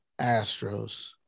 Astros